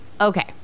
Okay